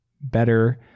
better